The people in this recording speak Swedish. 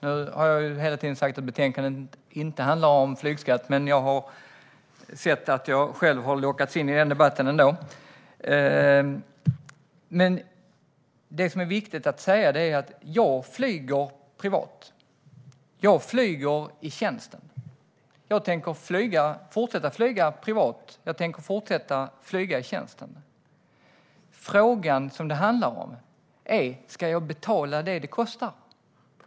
Nu har jag hela tiden sagt att betänkandet inte handlar om flygskatt, men jag har märkt att jag själv har lockats in i den debatten ändå. Men det som är viktigt att säga är: Jag flyger privat. Jag flyger i tjänsten. Jag tänker fortsätta flyga privat. Jag tänker fortsätta flyga i tjänsten. Den fråga som det handlar om är: Ska jag betala det som det kostar?